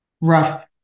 rough